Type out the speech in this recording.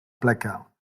placard